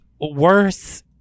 worse